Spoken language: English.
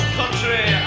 country